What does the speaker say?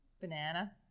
banana